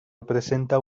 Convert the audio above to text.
representa